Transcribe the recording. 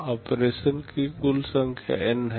operation की कुल संख्या N है